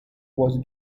was